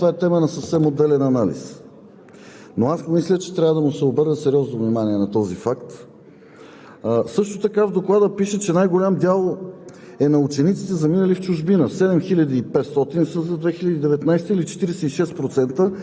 „Различните условия за образование сред децата са предпоставка за проблеми при тяхната последваща реализация“. Защо има различни условия за образование, това е тема на съвсем отделен анализ, но аз мисля, че трябва да се обърне сериозно внимание на този факт.